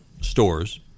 stores